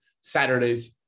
Saturday's